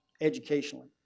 educationally